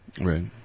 Right